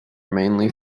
mainly